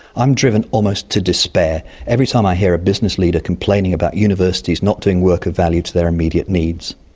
i'm driven almost to despair every time i hear a business leader complaining about universities not doing work of value to their immediate needs.